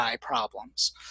problems